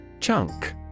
Chunk